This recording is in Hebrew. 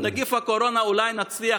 עם נגיף הקורונה אולי נצליח,